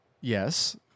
Yes